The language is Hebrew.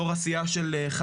יו"ר הסיעה שלך,